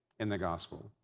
in the gospel,